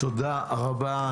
תודה רבה.